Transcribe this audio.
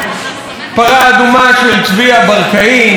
"פרה אדומה" של ציביה ברקאי.